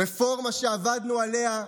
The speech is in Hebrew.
רפורמה שעבדנו עליה,